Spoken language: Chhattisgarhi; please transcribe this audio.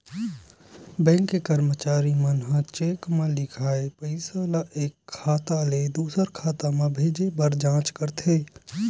बेंक के करमचारी मन ह चेक म लिखाए पइसा ल एक खाता ले दुसर खाता म भेजे बर जाँच करथे